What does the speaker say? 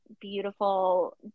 beautiful